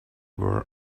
were